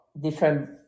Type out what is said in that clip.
different